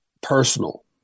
personal